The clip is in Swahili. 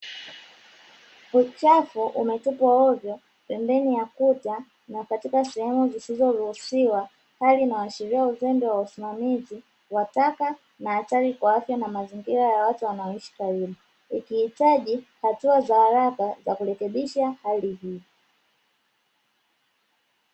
Uchafu umetupwa hovyo pembeni ya kuta na katika sehemu zisizoruhusiwa, hali inayoashiria uzembe wa wasimamizi wa taka na hatari kwa afya na mazingira ya watu wanaoishi karibu, ikihitaji hatua za haraka za kurekebisha hali hii.